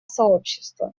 сообщества